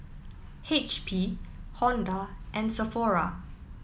H P Honda and Sephora